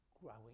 Growing